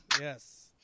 Yes